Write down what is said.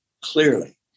clearly